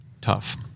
tough